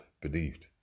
believed